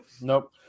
nope